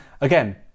again